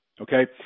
okay